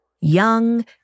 Young